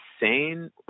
insane